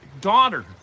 daughter